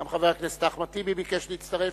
גם חבר הכנסת אחמד טיבי ביקש להצטרף.